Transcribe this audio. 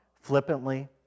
flippantly